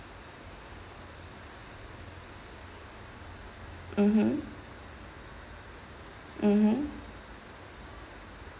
mmhmm mmhmm